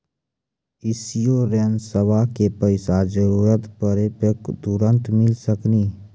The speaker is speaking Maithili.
इंश्योरेंसबा के पैसा जरूरत पड़े पे तुरंत मिल सकनी?